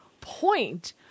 point